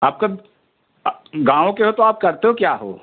आप कब गाँव के हो तो आप करते क्या हो